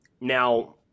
Now